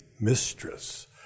mistress